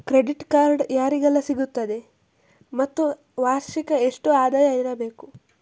Credit card ಯಾರಿಗೆಲ್ಲ ಸಿಗುತ್ತದೆ ಮತ್ತು ವಾರ್ಷಿಕ ಎಷ್ಟು ಆದಾಯ ಇರಬೇಕು?